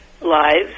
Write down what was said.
lives